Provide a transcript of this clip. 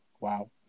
Wow